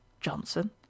Johnson